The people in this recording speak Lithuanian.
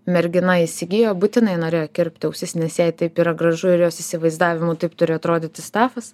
mergina įsigijo būtinai norėjo kirpti ausis nes jai taip yra gražu ir jos įsivaizdavimu taip turi atrodyti stafas